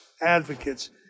advocates